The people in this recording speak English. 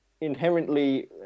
inherently